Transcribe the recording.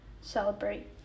celebrate